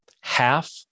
half